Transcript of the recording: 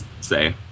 say